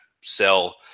sell